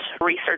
research